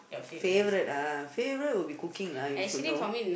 favourite uh favourite would be cooking lah you should know